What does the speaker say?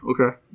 Okay